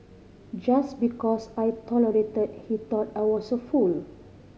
just because I tolerated he thought I was a fool